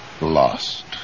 lost